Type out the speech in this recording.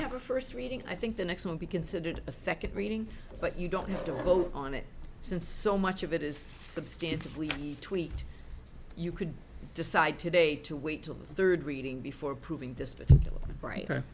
have a first reading i think the next will be considered a second reading but you don't have to vote on it since so much of it is substantially tweaked you could decide today to wait till the third reading before proving this particular writer